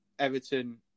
Everton